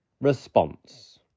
response